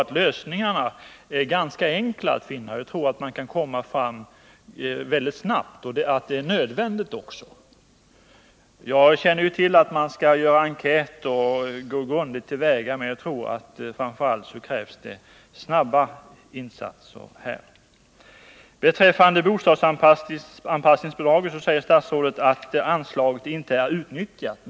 Som jag ser det är lösningarna ganska enkla att finna. Jag tror att man kan komma fram väldigt snabbt och att det också är nödvändigt. Jag känner till att man skall göra enkäter och gå grundligt till väga, men jag tror att det framför allt krävs snabba och ordentliga insatser. Beträffande bostadsanpassningsbidraget säger statsrådet att anslaget inte är utnyttjat.